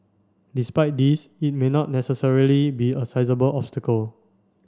despite this it may not necessarily be a sizeable obstacle